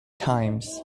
times